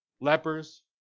Lepers